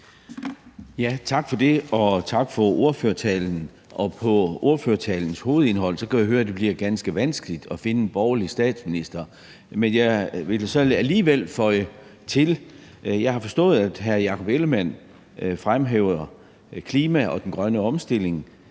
Tak for det, og tak for ordførertalen. På ordførertalens hovedindhold kan jeg høre, at det bliver ganske vanskeligt at finde en borgerlig statsminister, men jeg vil så alligevel føje noget til. Jeg har forstået, at hr. Jakob Ellemann-Jensen fremhæver klima og den grønne omstilling